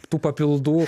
tų papildų